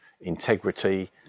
integrity